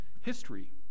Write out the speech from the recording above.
history